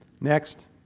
Next